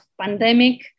pandemic